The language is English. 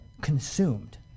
consumed